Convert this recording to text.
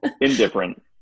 Indifferent